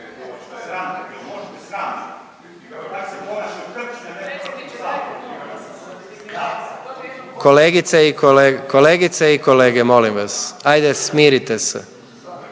Kolegice i kolege molim vas, hajde smirite se!